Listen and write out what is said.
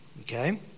Okay